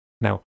Now